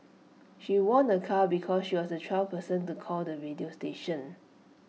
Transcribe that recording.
she won A car because she was the twelfth person to call the radio station